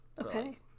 Okay